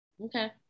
Okay